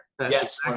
yes